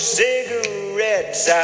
cigarettes